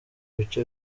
bice